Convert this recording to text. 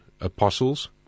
apostles